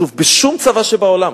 שוב, בשום צבא שבעולם.